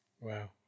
Wow